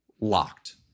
locked